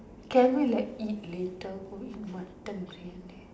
can we like eat later go eat mutton briyani